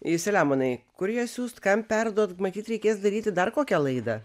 selemonai kur ją siųst kam perduot matyt reikės daryti dar kokią laidą